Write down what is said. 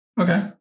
Okay